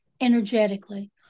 energetically